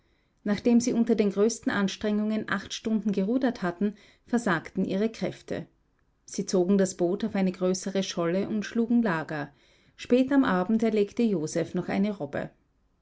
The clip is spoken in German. nachdem sie unter den größten anstrengungen acht stunden gerudert hatten versagten ihre kräfte sie zogen das boot auf eine größere scholle und schlugen lager spät am abend erlegte joseph noch eine robbe